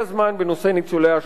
בנושא ניצולי השואה,